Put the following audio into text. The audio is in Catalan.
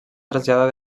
traslladar